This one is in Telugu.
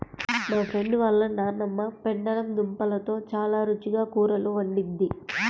మా ఫ్రెండు వాళ్ళ నాన్నమ్మ పెండలం దుంపలతో చాలా రుచిగా కూరలు వండిద్ది